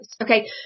Okay